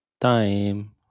time